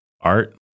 art